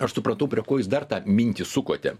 aš supratau prie ko jūs dar tą mintį sukote